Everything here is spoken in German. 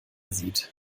sieht